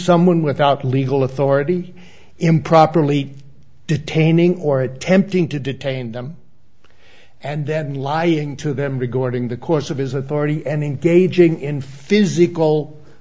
someone without legal authority improperly detaining or attempting to detain them and then lying to them regarding the course of his authority and engaging in physical